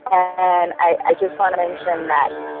and i just want to mention that